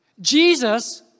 Jesus